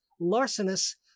larcenous